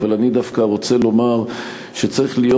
אבל אני דווקא רוצה לומר שצריך להיות